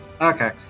okay